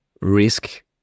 risk